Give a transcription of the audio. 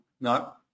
No